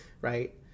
right